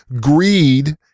greed